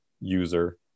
user